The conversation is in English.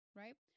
right